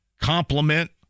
complement